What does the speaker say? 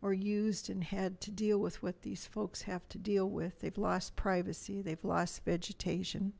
or used and had to deal with what these folks have to deal with they've lost privacy they've lost vegetation